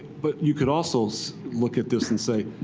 but you could also look at this and say,